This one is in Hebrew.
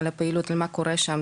על הפעילות ומה קורה שם,